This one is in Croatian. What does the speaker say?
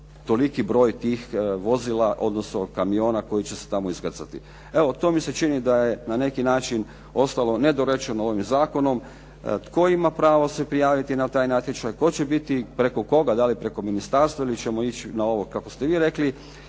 toliki broj tih vozila, odnosno kamiona koji će se tamo iskrcati. Evo, to mi se čini da je na neki način ostalo nedorečeno ovim zakonom. Tko ima pravo se prijaviti na taj natječaj, tko će biti, preko koga. Da li preko ministarstva ili ćemo ići na ovo kako ste vi rekli